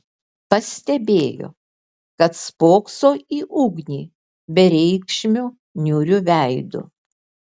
pastebėjo kad spokso į ugnį bereikšmiu niūriu veidu